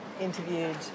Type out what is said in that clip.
interviewed